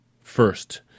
first